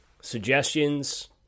Suggestions